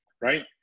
right